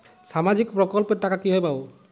সামাজিক প্রকল্পের টাকা কিভাবে পাব?